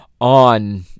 on